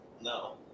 No